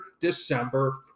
December